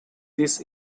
this